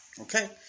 Okay